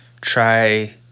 try